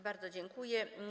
Bardzo dziękuję.